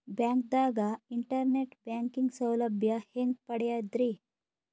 ಬ್ಯಾಂಕ್ದಾಗ internet banking ಸೌಲಭ್ಯ ಹೆಂಗ್ ಪಡಿಯದ್ರಿ?